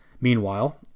Meanwhile